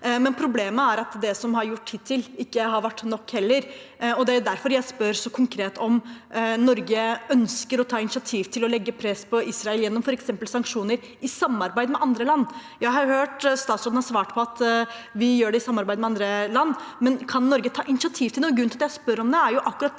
Problemet er at det som er gjort hittil, heller ikke har vært nok, og det er derfor jeg spør så konkret om Norge ønsker å ta initiativ til å legge press på Israel, gjennom f.eks. sanksjoner, i samarbeid med andre land. Jeg har hørt statsråden svare at vi gjør det i samarbeid med andre land. Men kan Norge ta initiativ til noe? Grunnen til at jeg spør om det, er akkurat det